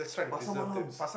pasar malams